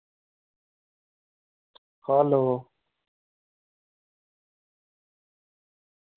hello